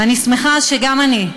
ואני שמחה שגם אני,